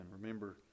Remember